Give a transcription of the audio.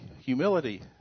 humility